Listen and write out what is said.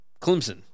Clemson